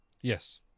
yes